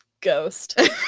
Ghost